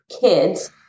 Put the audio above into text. kids